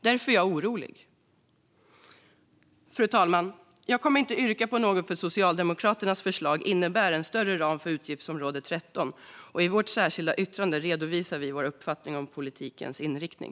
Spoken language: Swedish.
Därför är jag orolig. Fru talman! Jag kommer inte att yrka bifall till något, eftersom Socialdemokraternas förslag innebär en större ram för utgiftsområde 13. Men i vårt särskilda yttrande redovisar vi vår uppfattning om politikens inriktning.